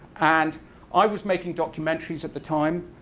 and i was making documentaries at the time.